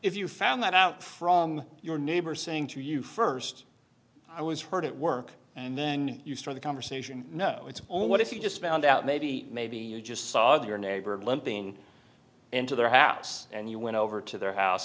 if you found that out from your neighbor saying to you first i was hurt at work and then you start the conversation no it's only what if you just found out maybe maybe you just saw your neighbor limping into their hats and you went over to their house